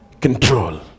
control